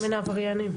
בין העבריינים.